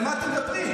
על מה אתם מדברים?